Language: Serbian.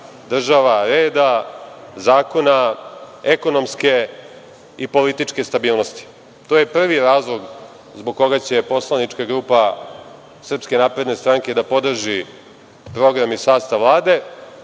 država reda, zakona, ekonomske i političke stabilnosti. To je prvi razlog zbog koga će poslanička grupa SNS da podrži program i sastav Vlade,